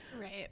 Right